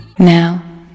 Now